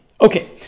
Okay